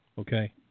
okay